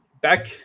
Back